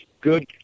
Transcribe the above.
good